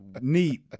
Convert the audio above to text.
neat